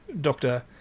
Doctor